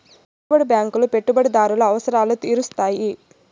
పెట్టుబడి బ్యాంకులు పెట్టుబడిదారుల అవసరాలు తీరుత్తాయి